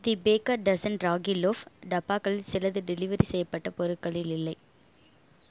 தி baker's dozen ragi loaf டப்பாக்களில் சிலது delivery செய்யப்பட்ட பொருட்களில் இல்லை